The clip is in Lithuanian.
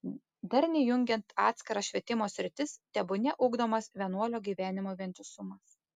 darniai jungiant atskiras švietimo sritis tebūnie ugdomas vienuolio gyvenimo vientisumas